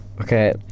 Okay